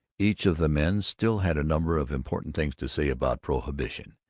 each of the men still had a number of important things to say about prohibition,